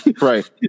Right